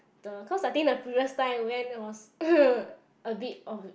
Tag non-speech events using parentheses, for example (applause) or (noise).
the cause I think the previous time I went was (coughs) a bit of